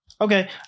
Okay